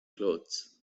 clothes